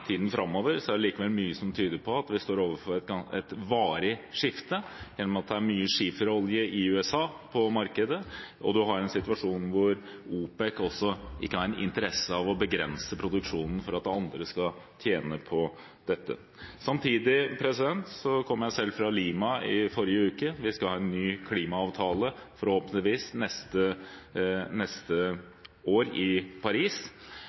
tiden framover, er det likevel mye som tyder på at vi står overfor et varig skifte, i og med at det er mye skiferolje på markedet i USA og vi har en situasjon hvor OPEC ikke har noen interesse av å begrense produksjonen for at andre skal tjene på det. Jeg kom fra Lima i forrige uke. Vi skal få en ny klimaavtale, forhåpentligvis, neste år i Paris.